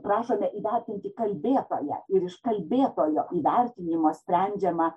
prašome įvertinti kalbėtoją ir iš kalbėtojo įvertinimo sprendžiame